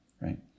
right